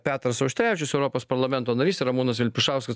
petras auštrevičius europos parlamento narys ir ramūnas vilpišauskas